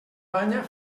banya